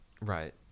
right